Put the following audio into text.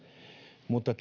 mutta